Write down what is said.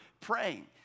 praying